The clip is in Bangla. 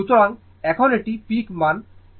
সুতরাং এখন এটি পিক মান